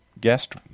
guest